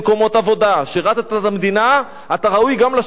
שירתָ את המדינה, אתה ראוי גם לשירות הציבורי.